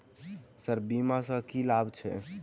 Sir बीमा सँ की लाभ छैय?